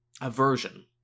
aversion